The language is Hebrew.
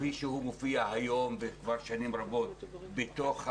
כפי שהוא מופיע היום וכבר שנים רבות בתוך המערכת: